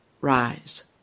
Rise